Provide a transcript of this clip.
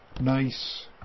nice